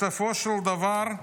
בסופו של דבר,